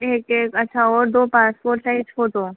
एक एक अच्छा और दो पासपोर्ट साइज फ़ोटो